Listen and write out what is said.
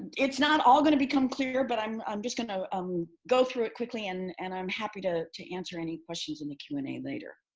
it's not all going to become clear, but i'm um just going to um go through it quickly and and i'm happy to to answer any questions in the q and a later.